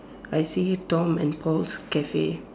I see Tom and Paul's Cafe